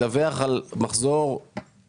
בפעם הראשונה כדי לדווח על מחזור משוער,